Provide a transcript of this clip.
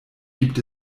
gibt